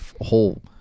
whole